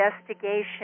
investigation